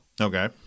Okay